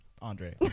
Andre